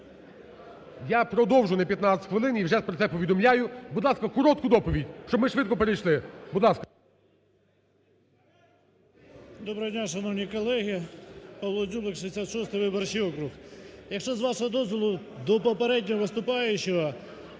Я продовжу на 15 хвилин і вже про це повідомляю. Будь ласка, коротку доповідь, щоб ми швидко перейшли. Будь ласка. 17:45:44 ДЗЮБЛИК П.В. Доброго дня, шановні колеги. Павло Дзюблик, 66 виборчий округ. Якщо з вашого дозволу, до попереднього виступаючого,